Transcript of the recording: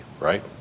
right